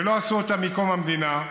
ולא עשו אותם מקום המדינה.